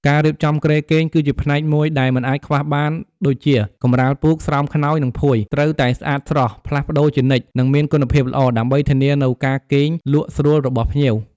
ការរៀបចំគ្រែគេងគឺជាផ្នែកមួយដែលមិនអាចខ្វះបានដូចជា កម្រាលពូក ស្រោមខ្នើយ និងភួយ ត្រូវតែស្អាតស្រស់ ផ្លាស់ប្តូរជានិច្ច និងមានគុណភាពល្អ ដើម្បីធានានូវការគេងលក់ស្រួលរបស់ភ្ញៀវ។